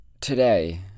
today